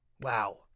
wow